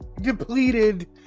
depleted